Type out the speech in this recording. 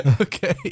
Okay